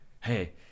hey